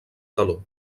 taló